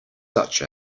such